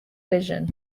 vision